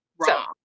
wrong